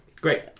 great